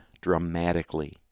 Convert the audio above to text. dramatically